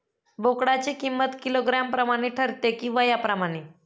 बोकडाची किंमत किलोग्रॅम प्रमाणे ठरते कि वयाप्रमाणे?